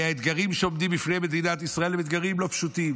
הרי האתגרים שעומדים בפני מדינת ישראל הם אתגרים לא פשוטים,